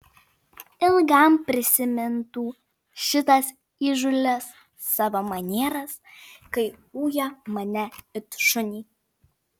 ilgam prisimintų šitas įžūlias savo manieras kai uja mane it šunį